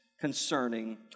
concerning